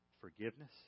forgiveness